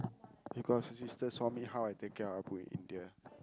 because the sister saw me how I take care of Appu in India